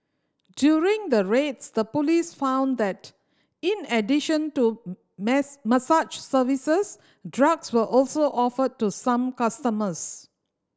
during the raids the police found that in addition to mess massage services drugs were also offered to some customers